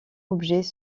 objets